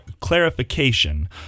clarification